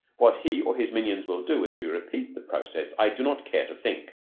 what he or his minions will do if we repeat the process i do not care to think.